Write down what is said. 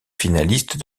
finaliste